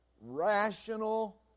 rational